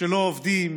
שלא עובדים,